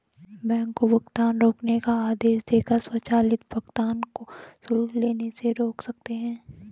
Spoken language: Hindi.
बैंक को भुगतान रोकने का आदेश देकर स्वचालित भुगतान को शुल्क लेने से रोक सकते हैं